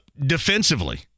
defensively